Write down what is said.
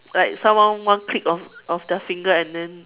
like someone one click of of their finger and then